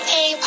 Hey